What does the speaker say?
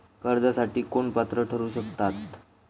कर्जासाठी कोण पात्र ठरु शकता?